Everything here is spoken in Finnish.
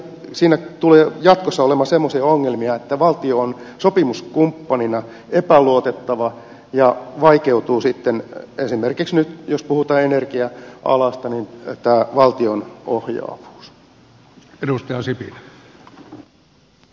siinä tulee jatkossa olemaan semmoisia ongelmia että valtio on sopimuskumppanina epäluotettava ja sitten vaikeutuu jos nyt puhutaan esimerkiksi energia alasta valtion ohjaavuus